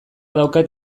daukat